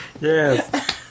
Yes